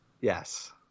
Yes